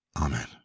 Amen